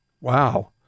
Wow